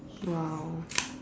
!wow!